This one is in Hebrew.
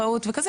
פעוט וכדומה,